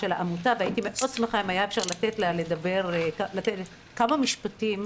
העמותה, ואשמח אם אפשר לאפשר לה לומר כמה משפטים,